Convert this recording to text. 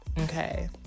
Okay